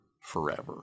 forever